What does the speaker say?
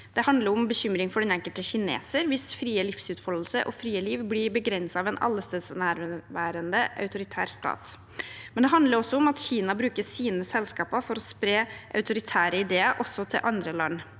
Det handler om bekymring for den enkelte kineser, hvis fri livsutfoldelse og fritt liv blir begrenset av en allestedsnærværende autoritær stat, men det handler også om at Kina bruker sine selskaper for å spre autoritære ideer også til andre land.